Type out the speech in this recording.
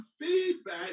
feedback